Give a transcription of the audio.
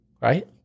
Right